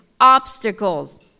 Obstacles